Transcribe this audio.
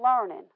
learning